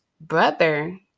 brother